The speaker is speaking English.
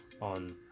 on